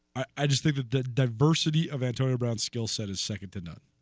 i just think that the diversity of entire brown skill set is second to none